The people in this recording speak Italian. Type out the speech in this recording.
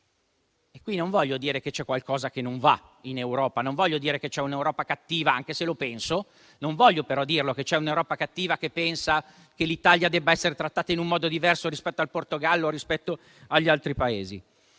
Non voglio dire che c'è qualcosa che non va in Europa, non voglio dire che c'è un'Europa cattiva, anche se lo penso, non voglio dire che c'è un'Europa che pensa che l'Italia debba essere trattata in un modo diverso rispetto al Portogallo o agli altri Paesi;